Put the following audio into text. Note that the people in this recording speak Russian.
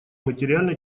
материально